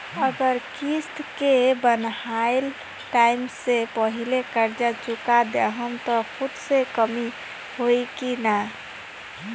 अगर किश्त के बनहाएल टाइम से पहिले कर्जा चुका दहम त सूद मे कमी होई की ना?